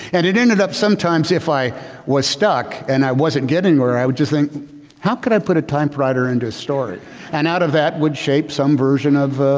and it ended up sometimes if i was stuck and i wasn't getting where i would just think how could i put a typewriter into a story and out of that would shape some version of